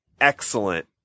excellent